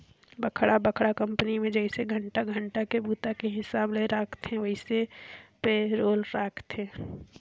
बड़खा बड़खा कंपनी मे जइसे घंटा घंटा के बूता के हिसाब ले राखथे वइसने पे रोल राखथे